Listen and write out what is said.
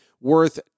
worth